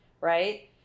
Right